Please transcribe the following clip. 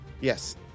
Yes